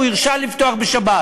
שהרי לסופר הוא הרשה לפתוח בשבת?